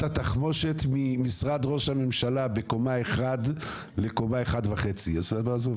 התחמושת ממשרד ראש הממשלה בקומה 1 לקומה 1.5. עזוב,